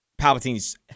Palpatine's